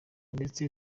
ndetse